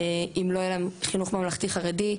אם לא יהיה להם חינוך ממלכתי חרדי,